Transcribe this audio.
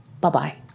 Bye-bye